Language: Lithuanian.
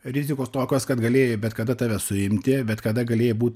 rizikos tokios kad galėjai bet kada tave suimti bet kada galėjai būt